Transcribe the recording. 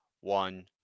One